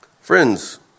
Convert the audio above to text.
Friends